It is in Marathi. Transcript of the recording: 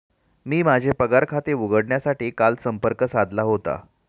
मी माझे पगार खाते उघडण्यासाठी काल संपर्क साधला होता